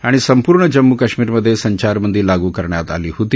आणि संपूर्ण जम्मू काश्मिरमधे संचारबंदी लागू करण्यात आली होती